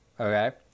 Okay